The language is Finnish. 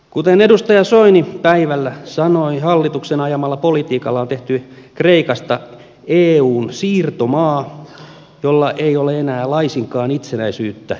kuten edustaja soini päivällä sanoi hallituksen ajamalla politiikalla on tehty kreikasta eun siirtomaa jolla ei ole enää laisinkaan itsenäisyyttä talousasioissa